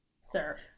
Sir